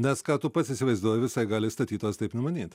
nes ką tu pats įsivaizduoji visai gali statytojas taip nemanyt